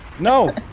No